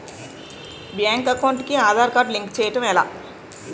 Bank account కి Aadhaar card link చేయడం ఎలా?